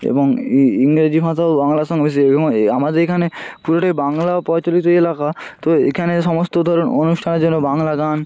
এবং ই ইংরেজি ভাষাও বাংলার সঙ্গে মিশেছে এবং এ আমাদের এখানে পুরোটাই বাংলা প্রচলিত এলাকা তো এখানে সমস্ত ধরুন অনুষ্ঠানের জন্য বাংলা গান